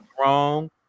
wrong